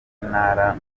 ntara